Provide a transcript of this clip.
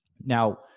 Now